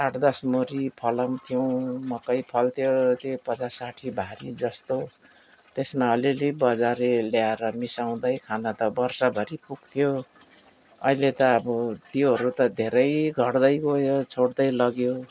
आठ दस मुरि फलाउँथ्यौँ मकै फल्थ्यो त्यही पचास साठी भारी जस्तो त्यसमा अलिअलि बजारे ल्याएर मिसाउँदै खाँदा त वर्षभरि पुग्थ्यो अहिले त अब त्योहरू त धेरै घट्दै गयो छोड्दै लग्यो